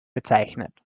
bezeichnet